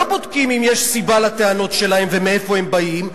בודקים אם יש סיבה לטענות שלהם ומאיפה הם באים.